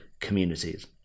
communities